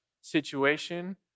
situation